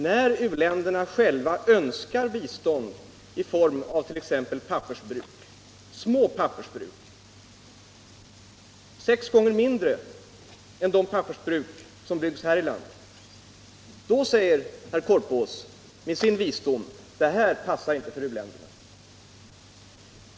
När u-länderna själva önskar bistånd i form av t.ex. pappersbruk, små pappersbruk, sex gånger mindre än de pappersbruk som byggs av skogsägarna här i landet — då säger herr Korpås med sin visdom: Det här passar inte för u-länderna.